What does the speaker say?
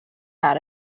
out